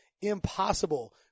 impossible